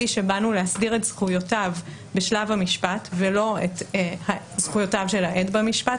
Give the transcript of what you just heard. שבאנו להסדיר את זכויותיו בשלב המשפט ולא את זכויותיו של העד במשפט.